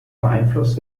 beeinflusst